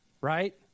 right